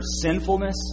sinfulness